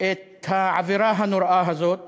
את העבירה הנוראה הזאת